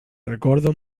recordo